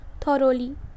thoroughly